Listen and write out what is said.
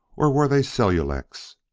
or were they cellulex?